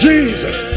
Jesus